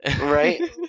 Right